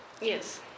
Yes